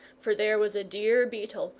for there was a dear beetle,